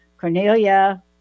Cornelia